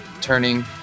turning